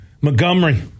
Montgomery